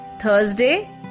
Thursday